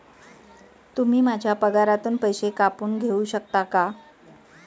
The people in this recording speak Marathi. तुम्ही माझ्या पगारातून पैसे कापून घेऊ शकता का?